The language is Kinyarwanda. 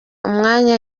umwanya